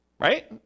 Right